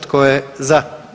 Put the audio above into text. Tko je za?